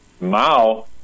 Mao